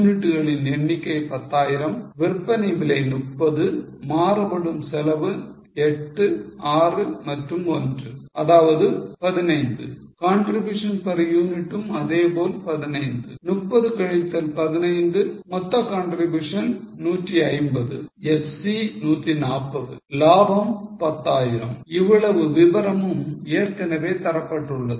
யூனிட்டுகளின் எண்ணிக்கை 10000 விற்பனை விலை 30 மாறுபடும் செலவு 8 6 மற்றும் 1 அதாவது 15 contribution per unit ம் அதேபோல்15 30 கழித்தல் 15 மொத்த contribution 150 FC 140 லாபம் 10000 இவ்வளவு விவரமும் ஏற்கனவே தரப்பட்டுள்ளது